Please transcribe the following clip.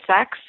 sex